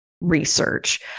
research